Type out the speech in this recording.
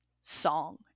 song